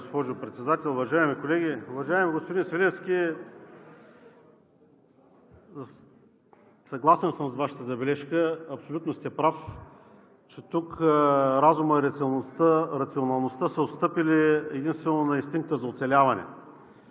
госпожо Председател, уважаеми колеги! Уважаеми господин Свиленски, съгласен съм с Вашата забележка, абсолютно сте прав, че тук разумът и рационалността са отстъпили единствено на инстинкта за оцеляване.